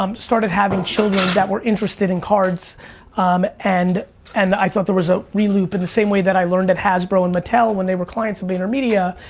um started having children that were interested in cards um and and i thought there was a reloop and the same way that i learned that hasbro and mattel, when they were clients of vaynermedia,